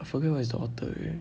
I forget what is the author already